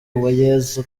uwayezu